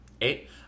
Eight